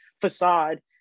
facade